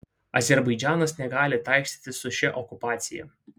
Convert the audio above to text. azerbaidžanas negali taikstytis su šia okupacija